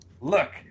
Look